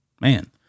man